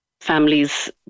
families